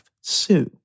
Sue